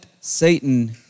Satan